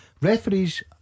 Referees